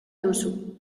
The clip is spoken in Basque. duzu